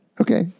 Okay